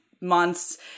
months